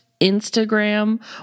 instagram